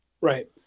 Right